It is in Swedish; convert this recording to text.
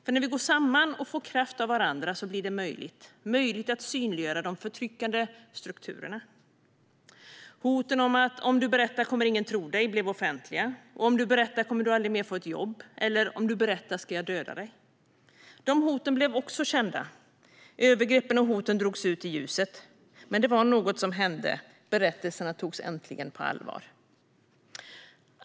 För när vi går samman och får kraft av varandra blir det möjligt att synliggöra de förtryckande strukturerna. Hoten - om du berättar kommer ingen att tro dig - blev offentliga. Om du berättar kommer du aldrig mer att få ett jobb, eller om du berättar ska jag döda dig - de hoten blev också kända. Övergreppen och hoten drogs ut i ljuset. Men något hände. Berättelserna togs äntligen på allvar.